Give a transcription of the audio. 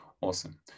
awesome